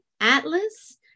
atlas